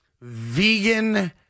vegan